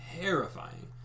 terrifying